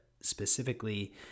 specifically